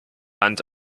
hand